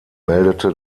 meldete